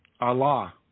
Allah